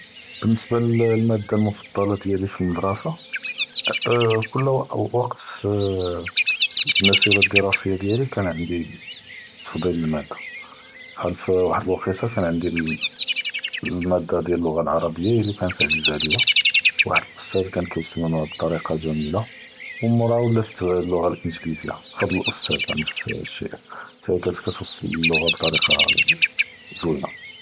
בניסבה למאדה אלמופדלה דיאלי פי אלמדרסה, קול וווקט פי פי אלמסירה אלדראסיה דיאלי בקא ענדי תפסיל למאדה פלאחאל פוודה אלוואקיטה בקא ענדי אלמאדה דיאל אללוג’ה אלערביה היא לי בקא עזיזה עליא, וואחד אלאוסטאד בקא קיואסלנא אלמעלומה ביטוריה זוינה, ומוראיה ולת אללוג’ה אלאנגליזיה פאהד אלאוסטאדה נאפס אלשי טא היא בקאט קיואסלנא אללוג’ה ביטוריה זוינה.